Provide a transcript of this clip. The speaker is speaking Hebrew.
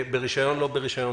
ברישיון - לא ברישיון,